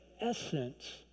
essence